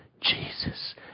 Jesus